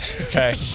Okay